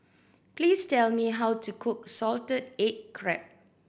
please tell me how to cook salted egg crab